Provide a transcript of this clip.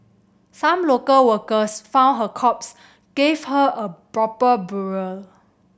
some local workers found her corpse give her a proper burial